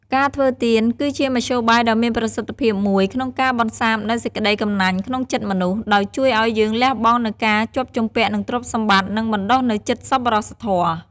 ការធ្វើទាន គឺជាមធ្យោបាយដ៏មានប្រសិទ្ធភាពមួយក្នុងការបន្សាបនូវសេចក្តីកំណាញ់ក្នុងចិត្តមនុស្ស ដោយជួយឲ្យយើងលះបង់នូវការជាប់ជំពាក់នឹងទ្រព្យសម្បត្តិ និងបណ្ដុះនូវចិត្តសប្បុរសធម៌។